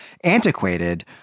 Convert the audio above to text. antiquated